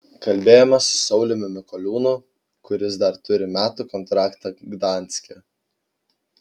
kalbėjomės su sauliumi mikoliūnu kuris dar turi metų kontraktą gdanske